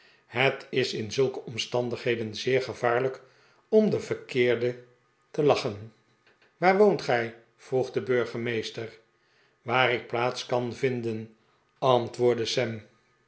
het is in zulke omstandigheden zeer gevaarlijk om den verkeerde te lachen waar woont gij vroeg de burgemeester waar ik plaats kan vinden antwoordde